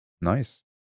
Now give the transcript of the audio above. Nice